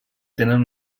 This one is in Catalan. tenen